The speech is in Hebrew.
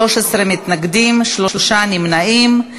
13 מתנגדים, שלושה נמנעים.